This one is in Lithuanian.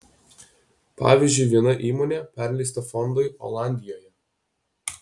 pavyzdžiui viena įmonė perleista fondui olandijoje